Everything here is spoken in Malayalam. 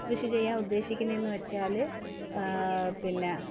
കൃഷി ചെയ്യാൻ ഉദ്ദേശിക്കുന്നത് എന്ന് വെച്ചാൽ പിന്നെ